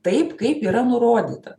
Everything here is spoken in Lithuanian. taip kaip yra nurodyta